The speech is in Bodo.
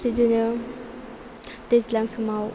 बिदिनो दैज्लां समाव